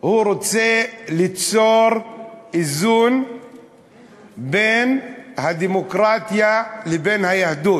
שהוא רוצה ליצור איזון בין הדמוקרטיה לבין היהדות.